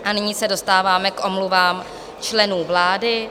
A nyní se dostáváme k omluvám členů vlády.